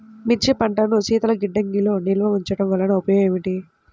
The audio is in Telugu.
మిర్చి పంటను శీతల గిడ్డంగిలో నిల్వ ఉంచటం వలన ఉపయోగం ఏమిటి?